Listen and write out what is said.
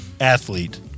Athlete